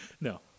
no